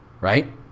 right